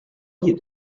you